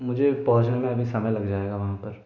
मुझे पहुँचने में अभी समय लग जाएगा वहाँ पर